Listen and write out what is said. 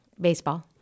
Baseball